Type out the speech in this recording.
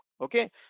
Okay